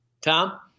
Tom